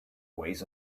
ways